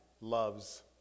loves